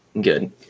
good